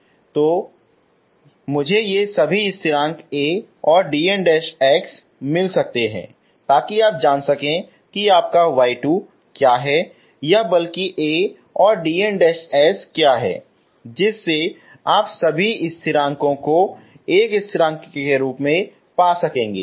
या तो मुझे ये सभी स्थिरांक A और dns मिल सकते हैं ताकि आप जान सकें कि आपका y2 क्या है या बल्कि A और dns क्या है जिससे आप सभी स्थिरांकों को एक स्थिरांक के रूप में पा सकेंगे